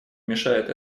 мешает